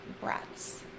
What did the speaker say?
breaths